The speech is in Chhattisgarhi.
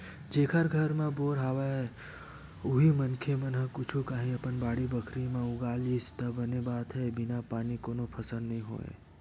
जेखर घर म बोर होय हवय उही मनखे मन ह कुछु काही अपन बाड़ी बखरी म उगा लिस त बने बात हे बिन पानी कोनो फसल नइ होय